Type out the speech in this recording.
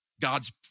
God's